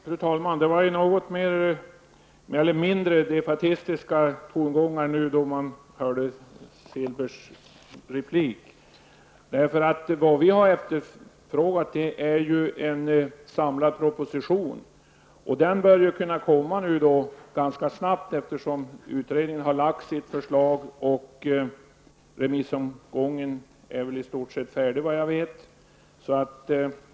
Fru talman! Det var ju något mindre defaitistiska tongångar i Selbergs replik nu. Vad vi har efterfrågat är en samlad proposition. Den bör ju då kunna komma nu ganska snabbt, eftersom utredningen har lagt fram sitt förslag och remissomgången väl i stort sett är klar.